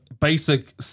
Basic